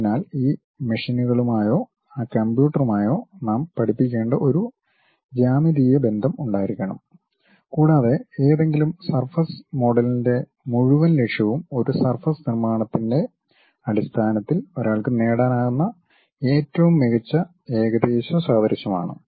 അതിനാൽ ഈ മെഷീനുകളുമായോ ആ കമ്പ്യൂട്ടറുമായോ നാം പഠിപ്പിക്കേണ്ട ഒരു ജ്യാമിതീയ ബന്ധം ഉണ്ടായിരിക്കണം കൂടാതെ ഏതെങ്കിലും സർഫസ് മോഡലിന്റെ മുഴുവൻ ലക്ഷ്യവും ഒരു സർഫസ് നിർമ്മാണത്തിന്റെ അടിസ്ഥാനത്തിൽ ഒരാൾക്ക് നേടാനാകുന്ന ഏറ്റവും മികച്ച ഏകദേശ സാദൃശ്യം ആണ്